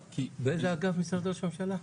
באיזה אגף משרד ראש הממשלה?